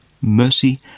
Mercy